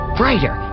brighter